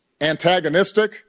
antagonistic